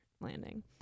landing